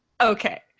okay